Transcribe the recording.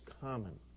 common